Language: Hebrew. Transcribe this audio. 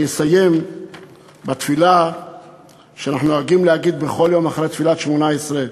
אני אסיים בתפילה שאנחנו נוהגים להגיד בכל יום אחרי תפילת שמונה-עשרה: